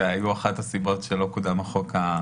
זו הייתה אחת הסיבות שלא קודם החוק.